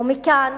ומכאן,